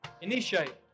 Initiate